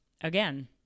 again